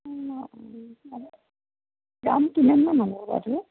দাম কিমানমান হ'ব